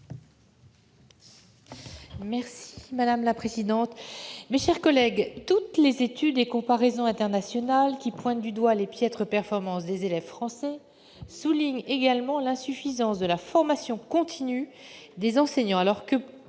est à Mme Catherine Morin-Desailly. Toutes les études et comparaisons internationales qui pointent du doigt les piètres performances des élèves français soulignent également l'insuffisance de la formation continue des enseignants,